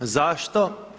Zašto?